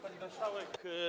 Pani Marszałek!